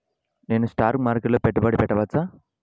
నేను స్టాక్ మార్కెట్లో పెట్టుబడి పెట్టవచ్చా?